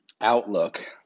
outlook